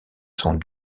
sont